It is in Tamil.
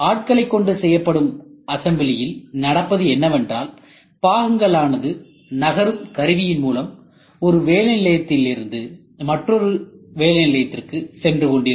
ஆட்களை கொண்டு செய்யப்படும் அசம்பிளியில் நடப்பது என்னவென்றால் பாகங்கள் ஆனது நகரும் கருவியின் மூலம் ஒரு வேலை நிலையிலிருந்து மற்றொன்றுக்கு சென்றுகொண்டிருக்கும்